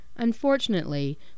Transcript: Unfortunately